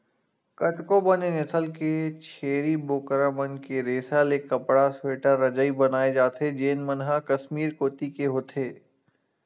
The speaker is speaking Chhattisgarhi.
कतको बने नसल के छेरी बोकरा मन के रेसा ले कपड़ा, स्वेटर, रजई बनाए जाथे जेन मन ह कस्मीर कोती के होथे